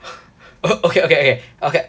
o~ okay okay okay okay